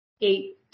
eight